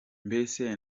mbese